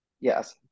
Yes